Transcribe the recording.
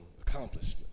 accomplishment